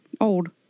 Old